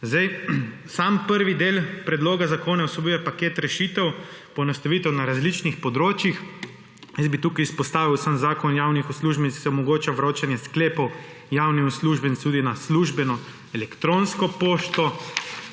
Sam prvi del predloga zakona vsebuje paket rešitev, ponastavitev na različnih področjih. Tukaj bi izpostavil samo Zakon o javnih uslužbencih. Omogoča se vročanje sklepov javnim uslužbencem tudi na službeno elektronsko pošto.